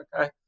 okay